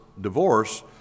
divorce